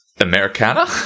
Americana